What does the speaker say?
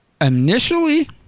Initially